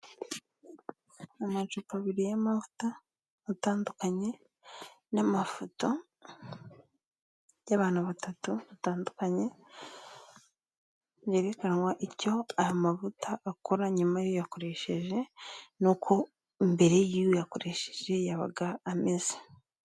Amacupa abiri y'amavuta atandukanye, n'amafoto y'abantu batatu batandukanye, yerekanwa icyo aya mavuta akora nyuma y'uyakoresheje n'uko mbere y'uyakoresheje yabaga ameze.